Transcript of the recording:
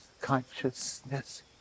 consciousness